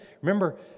remember